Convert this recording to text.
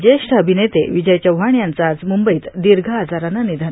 ज्येष्ठ अभिनेते विजय चव्हाण यांचं आज मुंबईत दीर्घ आजारानं निधन